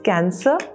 Cancer